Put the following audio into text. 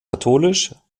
katholisch